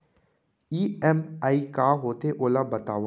EMI का होथे, ओला बतावव